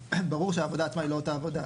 ברור שהעבודה עצמה היא לא אותה עבודה,